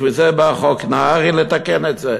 בשביל זה בא חוק נהרי, לתקן את זה.